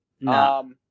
No